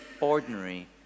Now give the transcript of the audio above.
ordinary